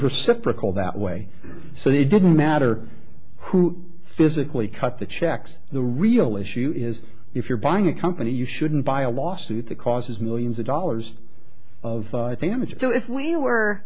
reciprocal that way so they didn't matter who physically cut the checks the real issue is if you're buying a company you shouldn't buy a lawsuit that causes millions of dollars of damage so if we